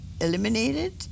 eliminated